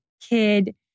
kid